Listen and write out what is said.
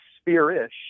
sphere-ish